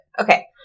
Okay